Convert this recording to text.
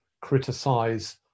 criticise